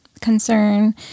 concern